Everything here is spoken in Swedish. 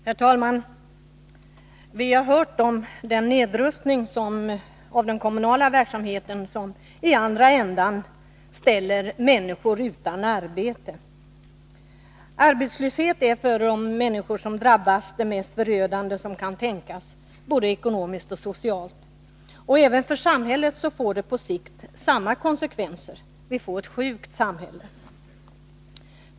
Herr talman! Vi har hört om den nedrustning av den kommunala verksamheten som ställer människor utan arbete. Arbetslöshet är för de människor som drabbas det mest förödande som kan tänkas, både ekonomiskt och socialt. För samhället får det på sikt samma konsekvenser — ett sjukt samhälle.